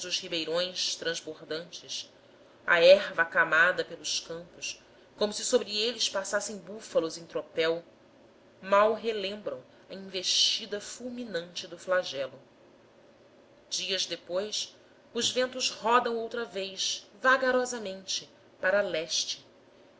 ribeirões transbordantes a erva acamada pelos campos como se sobre eles passassem búfalos em tropel mal relembram a investida fulminante do flagelo dias depois os ventos rodam outra vez vagarosamente para leste